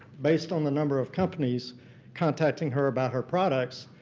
based on the number of companies contacting her about her products,